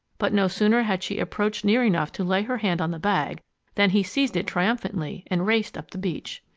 but no sooner had she approached near enough to lay her hand on the bag than he seized it triumphantly and raced up the beach.